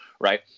right